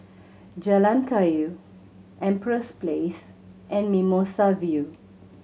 Jalan Kayu Empress Place and Mimosa View